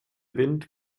wind